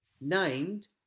named